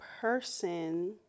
person